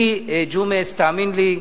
אני, ג'ומס, תאמין לי,